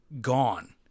gone